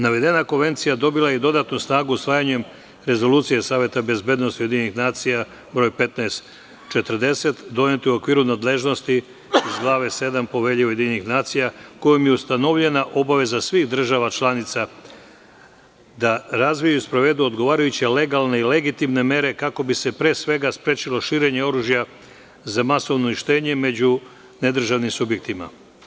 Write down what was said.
Navedena konvencija dobila je i dodatnu snagu usvajanjem Rezolucije Saveta bezbednosti UN broj 1540, donete u okviru nadležnosti iz Glave 7 Povelje UN, kojom je ustanovljena obaveza svih država članica da razvijaju i sprovedu odgovarajuće legalne i legitimne mere kako bi se, pre svega, sprečilo širenje oružja za masovno uništenje među nedržavnim subjektima.